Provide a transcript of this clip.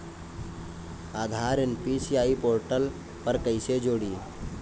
आधार NPCI portal पर कईसे जोड़ी?